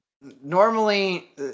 normally